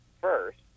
first